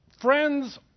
friends